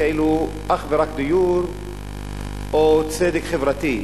כאילו אך ורק דיור או צדק חברתי,